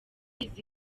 izi